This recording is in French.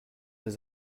des